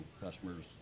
customers